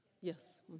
Yes